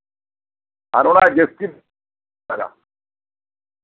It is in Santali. ᱟᱨ ᱚᱱᱟ ᱡᱟᱹᱥᱛᱤ ᱫᱚ ᱵᱟᱝ ᱫᱟᱢᱟ